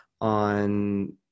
on